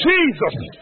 Jesus